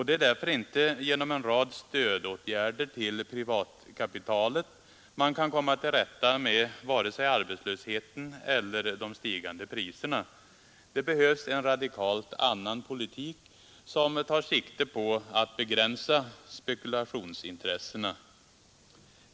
Det är därför inte genom en rad stödåtgärder till privatkapitalet man kan komma till rätta med vare sig arbetslösheten eller de stigande priserna. Det behövs en radikalt annan politik, som tar sikte på att begränsa spekulationsintressena.